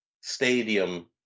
stadium